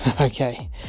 Okay